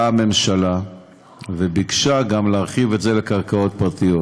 הממשלה ביקשה להרחיב את זה גם לקרקעות פרטיות,